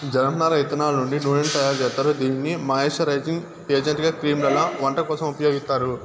జనపనార ఇత్తనాల నుండి నూనెను తయారు జేత్తారు, దీనిని మాయిశ్చరైజింగ్ ఏజెంట్గా క్రీమ్లలో, వంట కోసం ఉపయోగిత్తారు